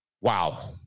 Wow